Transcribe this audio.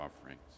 offerings